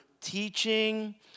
teaching